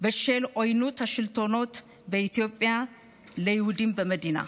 בשל עוינות השלטונות באתיופיה ליהודים במדינה.